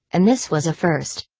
and this was a first.